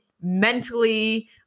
mentally